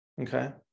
Okay